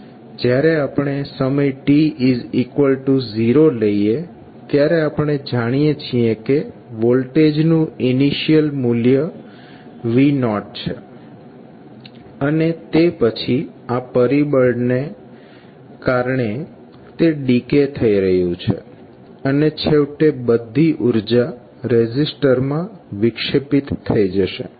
જ્યારે આપણે સમય t 0 લઈએ ત્યારે આપણે જાણીએ છીએ કે ત્યારે વોલ્ટેજનું ઇનિશિયલ મૂલ્ય V0 છે અને તે પછી આ પરિબળને કારણે તે ડિકે થઈ રહ્યું છે અને છેવટે બધી ઉર્જા રેઝિસ્ટરમાં વિક્ષેપિત થઇ જશે